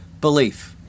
belief